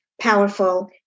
powerful